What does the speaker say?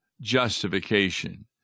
justification